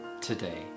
today